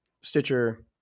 Stitcher